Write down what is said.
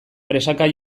presaka